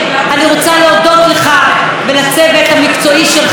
אני רוצה להודות לך ולצוות המקצועי שלך,